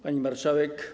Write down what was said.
Pani Marszałek!